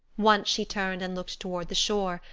once she turned and looked toward the shore,